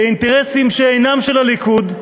לאינטרסים שאינם של הליכוד,